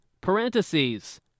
parentheses